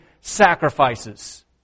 sacrifices